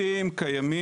רצים וקיימים.